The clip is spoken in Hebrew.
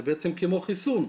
זה בעצם כמו חיסון.